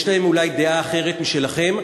יש להם אולי דעה אחרת משלכם.